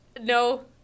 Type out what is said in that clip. No